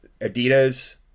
Adidas